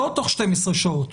לא תוך 12 שעות,